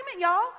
y'all